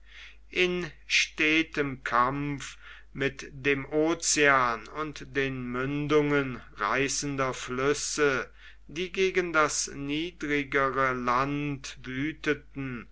in stetem kampf mit dem ocean und den mündungen reißender flüsse die gegen das niedrigere land wütheten